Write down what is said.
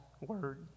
word